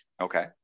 Okay